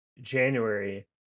January